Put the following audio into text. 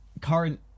current